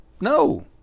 No